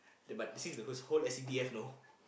the but she's the first whole S_C_D_F know